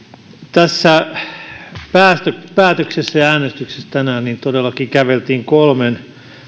tässä päätöksessä ja äänestyksessä tänään todellakin käveltiin kolmen